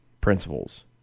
principles